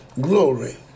glory